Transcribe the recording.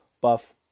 Buff